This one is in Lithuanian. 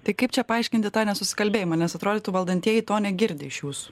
tai kaip čia paaiškinti tą nesusikalbėjimą nes atrodytų valdantieji to negirdi iš jūsų